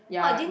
ya